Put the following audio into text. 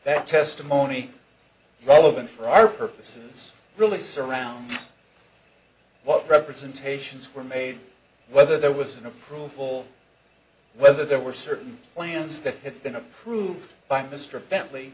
that testimony relevant for our purposes really surround what representations were made whether there was an approval whether there were certain plans that have been approved by mr bentley